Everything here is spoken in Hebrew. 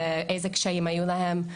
ואיזה קשיים היו להם.